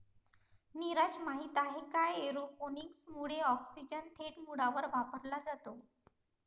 नीरज, माहित आहे का एरोपोनिक्स मुळे ऑक्सिजन थेट मुळांवर वापरला जातो